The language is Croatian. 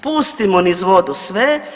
Pustimo niz vodu sve.